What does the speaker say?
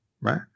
right